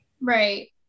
Right